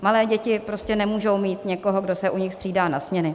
Malé děti prostě nemůžou mít někoho, kdo se u nich střídá na směny.